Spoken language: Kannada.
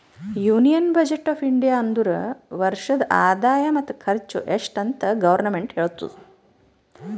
ಯೂನಿಯನ್ ಬಜೆಟ್ ಆಫ್ ಇಂಡಿಯಾ ಅಂದುರ್ ವರ್ಷದ ಆದಾಯ ಮತ್ತ ಖರ್ಚು ಎಸ್ಟ್ ಅಂತ್ ಗೌರ್ಮೆಂಟ್ ಹೇಳ್ತುದ